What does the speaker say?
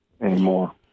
anymore